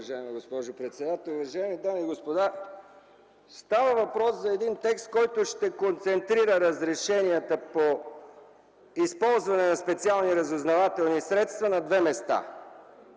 уважаема госпожо председател. Уважаеми дами и господа, става въпрос за един текст, който ще концентрира разрешенията по използване на специални разузнавателни средства на две места.